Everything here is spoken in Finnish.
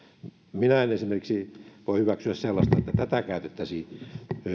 minä en esimerkiksi voi hyväksyä sellaista että tätä käytettäisiin